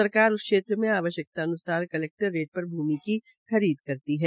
सरकार उस क्षेत्र में आवश्कता अन्सार क्लेक्टर रेट पर भूमि की खरीद करती है